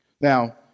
Now